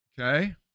Okay